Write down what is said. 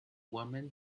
woman